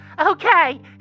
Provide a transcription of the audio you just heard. Okay